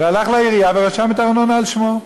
והלך לעירייה ורשם את הארנונה על שמו.